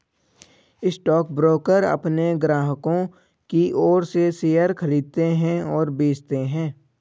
stockbroker अपने ग्राहकों की ओर से शेयर खरीदते हैं और बेचते हैं